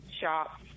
shop